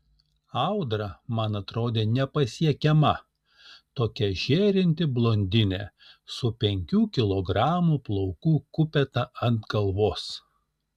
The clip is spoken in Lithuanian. audra man atrodė nepasiekiama tokia žėrinti blondinė su penkių kilogramų plaukų kupeta ant galvos